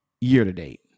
year-to-date